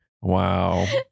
Wow